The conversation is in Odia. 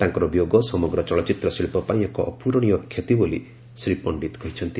ତାଙ୍କର ବିୟୋଗ ସମଗ୍ର ଚଳଚ୍ଚିତ୍ର ଶିଳ୍ପ ପାଇଁ ଏକ ଅପୂରଣୀୟ କ୍ଷତି ବୋଲି ଶ୍ରୀ ପଣ୍ଡିତ କହିଚ୍ଛନ୍ତି